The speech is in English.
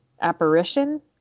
Apparition